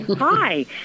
Hi